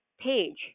page